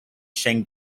shang